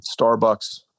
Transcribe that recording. Starbucks